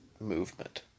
movement